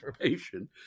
information